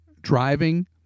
driving